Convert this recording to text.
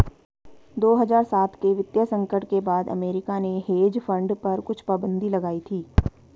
दो हज़ार सात के वित्तीय संकट के बाद अमेरिका ने हेज फंड पर कुछ पाबन्दी लगाई थी